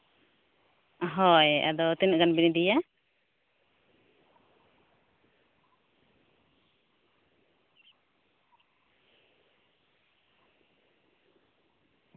ᱦᱳᱭ ᱟᱫᱚ ᱛᱤᱱᱟᱹᱜ ᱜᱟᱱ ᱵᱮᱱ ᱤᱫᱤᱭᱟ